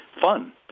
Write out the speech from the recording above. fun